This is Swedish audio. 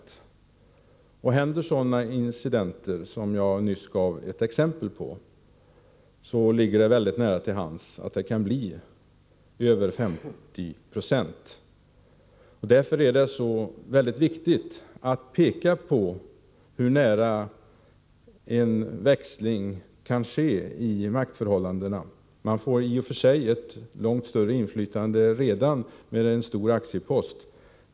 Torsdagen den Händer sådana incidenter som jag nyss gav ett exempel på ligger det 13 december 1984 mycket nära till hands att det kan bli över 50 96. Därför är det viktigt att peka på hur nära man kan komma en växling i maktförhållandena. Man får i och för sig ett mycket stort inflytande redan med en stor aktiepost.